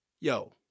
Yo